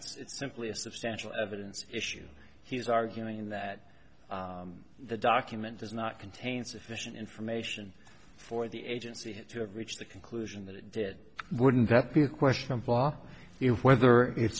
it's simply a substantial evidence issue he's arguing that the document does not contain sufficient information for the agency to have reached the conclusion that it did wouldn't that be a question of law whether it's